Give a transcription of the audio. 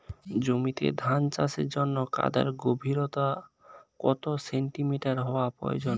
জমিতে ধান চাষের জন্য কাদার গভীরতা কত সেন্টিমিটার হওয়া প্রয়োজন?